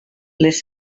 les